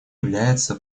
является